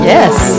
Yes